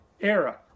era